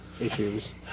issues